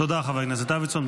תודה, חבר הכנסת דוידסון.